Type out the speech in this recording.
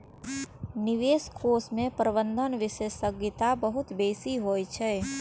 निवेश कोष मे प्रबंधन विशेषज्ञता बहुत बेसी होइ छै